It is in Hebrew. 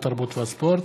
התרבות והספורט,